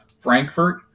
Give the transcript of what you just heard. Frankfurt